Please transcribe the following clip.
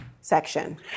section